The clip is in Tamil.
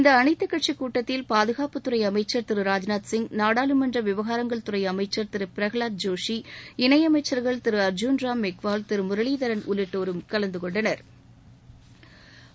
இந்த அனைத்துக்கட்சி கூட்டத்தில் பாதுகாப்புத்துறை அமைச்சர் திரு ராஜ்நாத் சிங் நாடாளுமன்ற விவகாரங்கள் துறை அமைச்சள் திரு பிரகலாத் ஜோஷி இணையமைச்சள்கள் திரு அர்ஜுன்ராம் மெக்வால் திரு முரளிதரன் உள்ளிட்டோரும் கலந்துகொண்டனா்